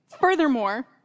Furthermore